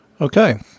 Okay